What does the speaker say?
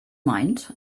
mind